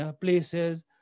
places